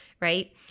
right